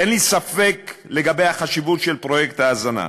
אין לי ספק לגבי החשיבות של פרויקט ההזנה,